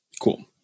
Cool